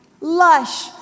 lush